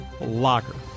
locker